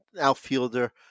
outfielder